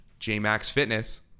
jmaxfitness